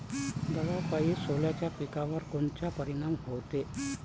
दवापायी सोल्याच्या पिकावर कोनचा परिनाम व्हते?